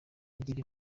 agira